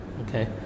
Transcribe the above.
okay